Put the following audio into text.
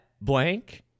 blank